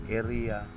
area